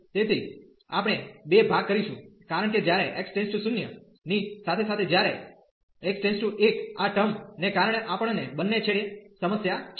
તેથી આપણે બે ભાગ કરીશું કારણ કે જ્યારે x → 0 ની સાથે સાથે જ્યારે x → 1 આ ટર્મ ને કારણે આપણને બંને છેડે સમસ્યા છે